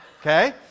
okay